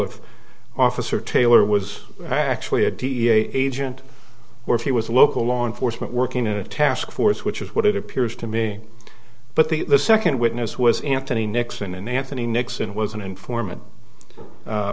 if officer taylor was actually a dea agent or if he was a local law enforcement working in a task force which is what it appears to me but the second witness was anthony nixon and anthony nixon was an informant a